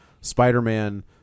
Spider-Man